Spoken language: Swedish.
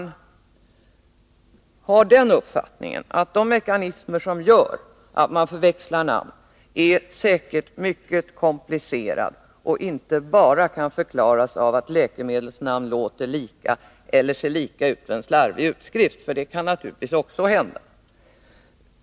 Jag har den uppfattningen att de mekanismer som gör att man förväxlar namnen säkert är mycket komplicerade och inte bara kan förklaras av att läkemedelsnamnen låter lika — eller ser likadana ut vid en slarvig utskrift, för det kan naturligtvis också hända.